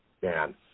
Dan